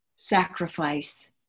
sacrifice